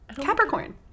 Capricorn